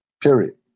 Period